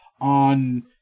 on